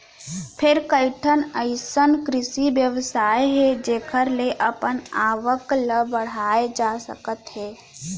फेर कइठन अइसन कृषि बेवसाय हे जेखर ले अपन आवक ल बड़हाए जा सकत हे